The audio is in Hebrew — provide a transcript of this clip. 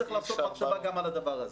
צריך לעשות מחשבה גם על הדבר הזה.